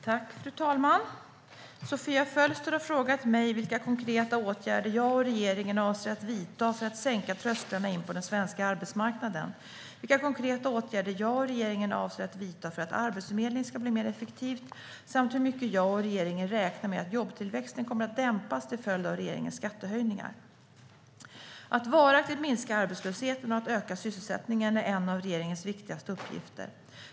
Fru talman! Sofia Fölster har frågat mig vilka konkreta åtgärder jag och regeringen avser att vidta för att sänka trösklarna in på den svenska arbetsmarknaden, vilka konkreta åtgärder jag och regeringen avser att vidta för att Arbetsförmedlingen ska bli mer effektiv samt hur mycket jag och regeringen räknar med att jobbtillväxten kommer att dämpas till följd av regeringens skattehöjningar. Att varaktigt minska arbetslösheten och att öka sysselsättningen är en av regeringens viktigaste uppgifter.